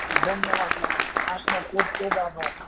ધન્યવાદ મેડમ આપનો ખૂબ ખૂબ આભાર